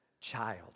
child